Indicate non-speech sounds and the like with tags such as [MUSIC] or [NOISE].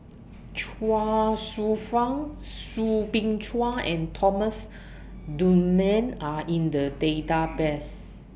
Chuang Hsueh Fang Soo Bin Chua and Thomas [NOISE] Dunman Are in The [NOISE] Database